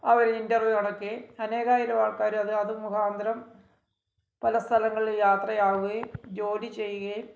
അവർ interview നടത്തി അനേകായിരം ആള്ക്കാർ അത് അത് മുഖാന്തരം പല സ്ഥലങ്ങളിലും യാത്രയാവുകയും ജോലി ചെയ്യുകയും